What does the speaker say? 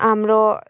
हाम्रो